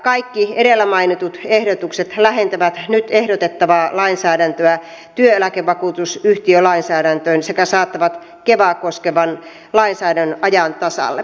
kaikki edellä mainitut ehdotukset lähentävät nyt ehdotettavaa lainsäädäntöä työeläkevakuutusyhtiölainsäädäntöön sekä saattavat kevaa koskevan lainsäädännön ajan tasalle